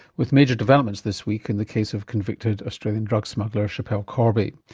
with major developments this week in the case of convicted australian drug smuggler, schapelle corby.